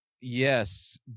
yes